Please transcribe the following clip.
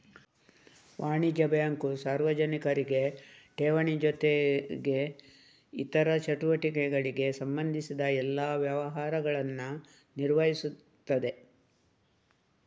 ವಾಣಿಜ್ಯ ಬ್ಯಾಂಕು ಸಾರ್ವಜನಿಕರಿಗೆ ಠೇವಣಿ ಜೊತೆಗೆ ಇತರ ಚಟುವಟಿಕೆಗಳಿಗೆ ಸಂಬಂಧಿಸಿದ ಎಲ್ಲಾ ವ್ಯವಹಾರಗಳನ್ನ ನಿರ್ವಹಿಸ್ತದೆ